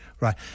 Right